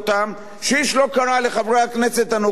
שאיש לא קרא לחברי הכנסת הנוגעים בדבר,